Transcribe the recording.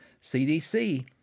CDC